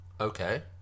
Okay